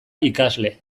ikasle